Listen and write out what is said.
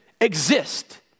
exist